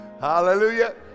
Hallelujah